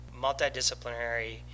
multidisciplinary